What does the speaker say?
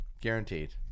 Guaranteed